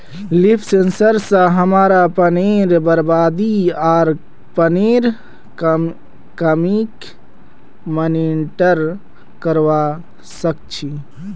leaf sensor स हमरा पानीर बरबादी आर पानीर कमीक मॉनिटर करवा सक छी